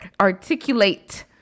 Articulate